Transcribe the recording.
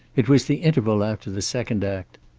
it was the interval after the second act,